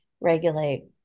regulate